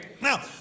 Now